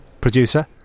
Producer